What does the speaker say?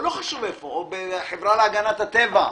או לא חשוב איפה, או בחברה להגנת הטבע,